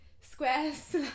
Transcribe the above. squares